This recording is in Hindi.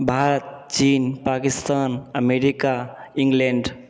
भारत चीन पकिस्तान अमेरिका इंग्लैंड